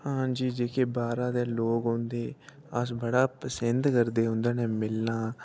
हां जी जेह्के बाह्रा दे लोक औंदे अस बड़ा पसिंद करदे उ'दे नै मिलना